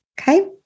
Okay